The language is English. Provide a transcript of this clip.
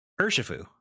Urshifu